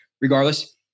Regardless